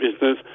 business